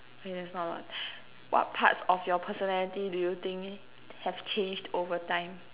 K there's not a lot what parts of your personality do you think have changed over time